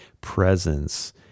presence